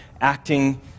acting